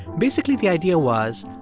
basically the idea was,